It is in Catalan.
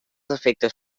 defectes